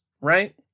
right